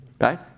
Right